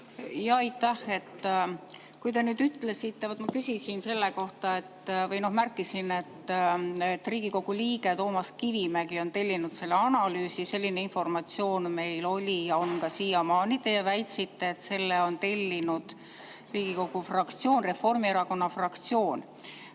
et me peame sellega nõus olema? Aitäh! Ma küsisin selle kohta või märkisin, et Riigikogu liige Toomas Kivimägi on tellinud selle analüüsi. Selline informatsioon meil oli ja on ka siiamaani. Teie väitsite, et selle on tellinud Riigikogu fraktsioon, Reformierakonna fraktsioon.